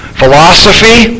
philosophy